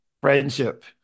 Friendship